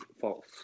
false